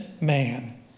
man